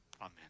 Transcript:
Amen